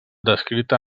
descrita